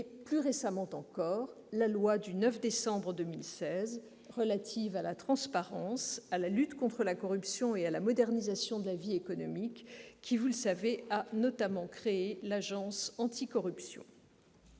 plus récemment, la loi du 9 décembre 2016 relative à la transparence, à la lutte contre la corruption et à la modernisation de la vie économique, qui a notamment créé l'Agence française anticorruption.